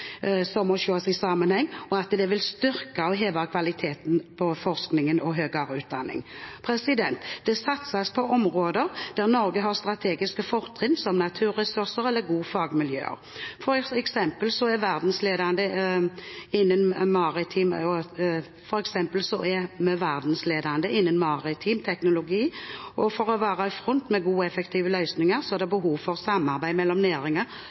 UH-sektoren må ses i sammenheng, og at dette vil styrke og heve kvaliteten på forskning og høyere utdanning. Det satses på områder der Norge har strategiske fortrinn, som naturressurser eller gode fagmiljøer. For eksempel er vi verdensledende innenfor maritim teknologi. For å være i front med gode og effektive løsninger er det behov for samarbeid mellom